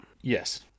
Yes